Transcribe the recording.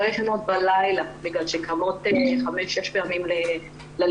לא ישנות בלילה בגלל שהן קמות חמש-שש פעמים לשירותים,